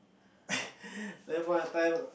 that point of time